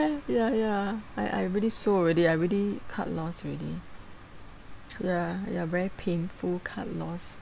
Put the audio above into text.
ya ya I I already sold already I already cut loss already ya ya very painful cut loss